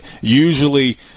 usually